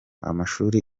amashuri